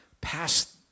past